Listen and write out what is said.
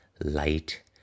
light